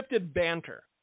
banter